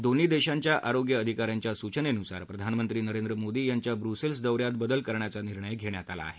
दोन्ही देशाच्या आरोग्य अधिकाऱ्यांच्या सूचनेनुसार प्रधानमंत्री नरेंद्र मोदी यांच्या ब्रुसेल्स दौऱ्यात बदल करायाचा निर्णय घेण्यात आला आहे